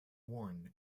worn